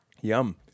Yum